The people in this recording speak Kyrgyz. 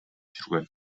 жүргөн